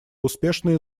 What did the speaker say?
успешные